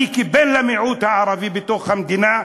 אני, כבן למיעוט הערבי במדינה,